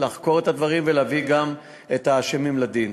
לחקור את הדברים וגם להביא את כל האשמים לדין.